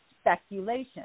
speculation